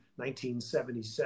1977